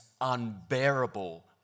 unbearable